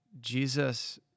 Jesus